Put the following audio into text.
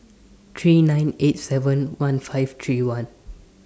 three nine eight seven one five three one